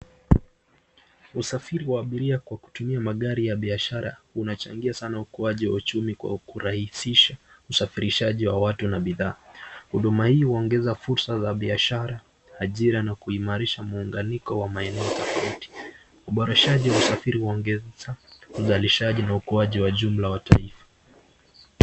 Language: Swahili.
Usafiri wa abiria kwa kutumia magari ya biashara una changia sana ukuaji wa uchumi kwa kurahisisha wa watu na bidhaa. Huduma hii huongeza fursa za biashara, ajira na kuimarisha muunganiko wa maeneo tofauti. Uboreshaji wa usafiri huongeza usalishaji na ukuaji wa jumla wa taifa.